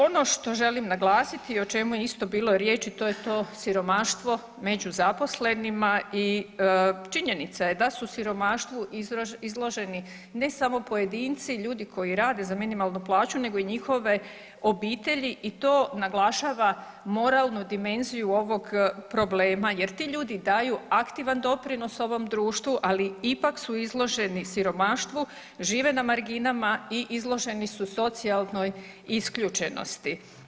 Ono što želim naglasiti i o čemu je isto bilo riječi to je to siromaštvo među zaposlenima i činjenica je da su siromaštvu izloženi ne samo pojedinci, ljudi koji rade za minimalnu plaću nego i njihove obitelji i to naglašava moralnu dimenziju ovog problema jer ti ljudi daju aktivan doprinos ovom društvu, ali ipak su izloženi siromaštvu, žive na marginama i izloženi su socijalnoj isključenosti.